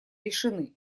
решены